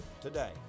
today